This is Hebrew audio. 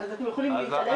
אז אתם יכולים להתעלם?